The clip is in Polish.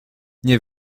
nie